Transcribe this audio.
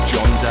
John